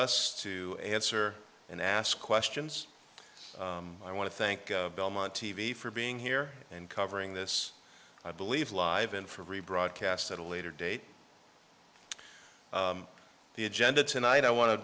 us to answer and ask questions i want to thank belmont t v for being here and covering this i believe live in for rebroadcast at a later date the agenda tonight i want to